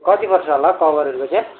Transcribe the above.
कति पर्छ होला हो कभरहरूको त्यहाँ